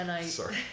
sorry